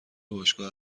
باشگاه